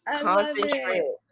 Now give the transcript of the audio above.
Concentrate